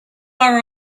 are